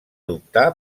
optar